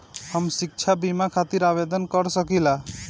हम शिक्षा बीमा खातिर आवेदन कर सकिला?